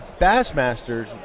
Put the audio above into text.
Bassmasters